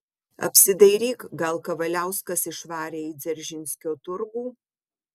apsidairyk gal kavaliauskas išvarė į dzeržinskio turgų